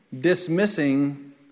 dismissing